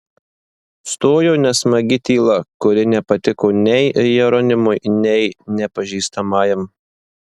stojo nesmagi tyla kuri nepatiko nei jeronimui nei nepažįstamajam